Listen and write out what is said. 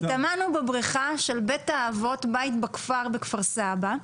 התאמנו בבריכה של בית האבות "בית בכפר" של כפר סבא.